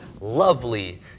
lovely